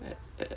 eh